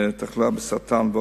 ותחלואה בסרטן,